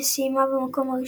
שסיימה במקום הראשון.